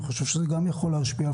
זה יכול להשפיע,